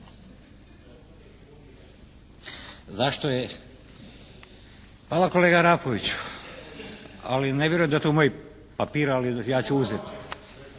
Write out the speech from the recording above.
zašto je, hvala kolega Arapović ali ne vjerujem da je to moj papir ali ja ću uzeti.